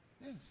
Yes